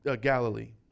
Galilee